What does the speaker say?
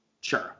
Sure